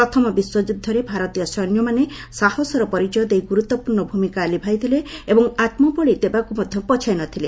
ପ୍ରଥମ ବିଶ୍ୱଯୁଦ୍ଧରେ ଭାରତୀୟ ସୈନ୍ୟମାନେ ସାହସର ପରିଚୟ ଦେଇ ଗୁରୁତ୍ୱପୂର୍ଣ୍ଣ ଭୂମିକା ଲିଭାଇଥିଲେ ଏବଂ ଆତ୍ମବଳି ଦେବାକୁ ମଧ୍ୟ ପଛାଇ ନ ଥିଲେ